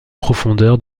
profondeur